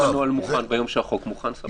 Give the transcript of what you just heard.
אם הנוהל מוכן ביום שהחוק מוכן, סבבה.